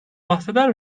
bahseder